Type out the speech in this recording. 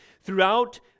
throughout